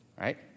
right